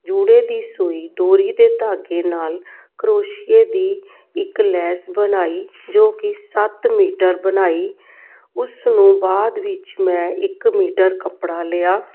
ਜੂੜੇ ਦੀ ਸੂਈ ਡੋਰੀ ਦੇ ਧਾਗੇ ਨਾਲ ਕਰੋਸ਼ੀਏ ਦੀ ਇੱਕ ਲੈਸ ਬਣਾਈ ਜੋ ਕਿ ਸੱਤ ਮੀਟਰ ਬਣਾਈ ਉਸ ਨੂੰ ਬਾਅਦ ਵਿੱਚ ਮੈਂ ਇੱਕ ਮੀਟਰ ਕੱਪੜਾ ਲਿਆ